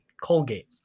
Colgate